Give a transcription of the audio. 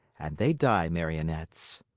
and they die marionettes.